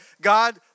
God